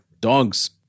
dogs